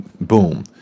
Boom